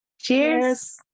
Cheers